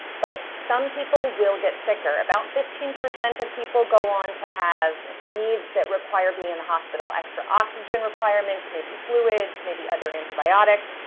but some people will get sicker. about fifteen percent of people go on to have needs that require being in the hospital. extra oxygen requirements, maybe fluids, maybe other antibiotics.